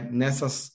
nessas